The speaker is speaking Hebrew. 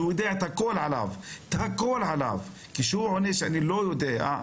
שהוא יודע הכול עליו, "אני לא יודע",